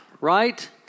right